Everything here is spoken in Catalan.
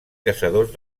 caçadors